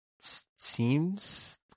seems